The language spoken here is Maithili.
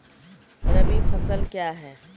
रबी फसल क्या हैं?